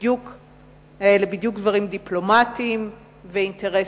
אלה בדיוק דברים דיפלומטיים ואינטרסים.